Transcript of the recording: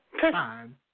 fine